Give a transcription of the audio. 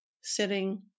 sitting